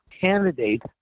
candidate